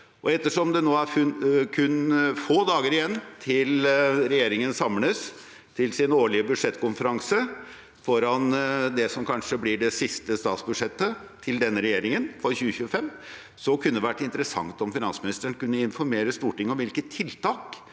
Og ettersom det nå er kun få dager igjen til regjeringen samles til sin årlige budsjettkonferanse for 2025, foran det som kanskje blir det siste statsbudsjettet til denne regjeringen, kunne det vært interessant om finansministeren kunne informere Stortinget om hvilke